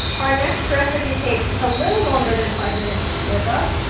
our next recipe takes a little longer than five minutes to whip up,